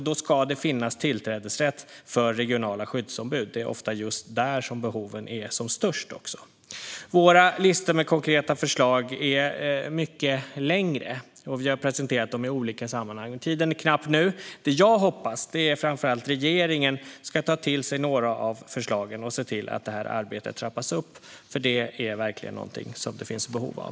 Då ska det finnas tillträdesrätt för regionala skyddsombud - det är ofta också just där som behoven är som störst. Vår lista med konkreta förslag är mycket längre. Vi har presenterat dem i olika sammanhang, och tiden är knapp nu. Det jag hoppas är att regeringen ska ta till sig några av förslagen och se till att det här arbetet trappas upp, för det finns det verkligen behov av.